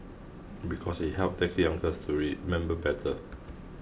because it helps taxi uncles to remember better